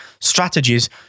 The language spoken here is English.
strategies